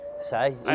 Say